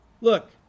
Look